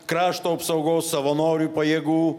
krašto apsaugos savanorių pajėgų